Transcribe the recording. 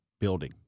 building